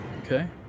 okay